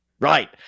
right